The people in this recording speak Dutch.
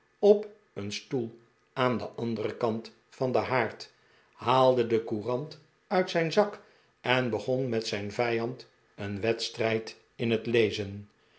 op een stoel aan den anderen kant van den haard haalde een courant uit zijn zak en begon met zijn vijand een wedstrijd in het lezen